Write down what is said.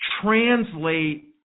translate